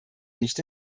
nicht